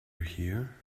here